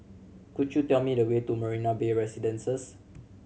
could you tell me the way to Marina Bay Residences